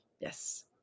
yes